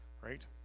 right